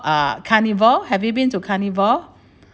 uh carnival have you been to carnival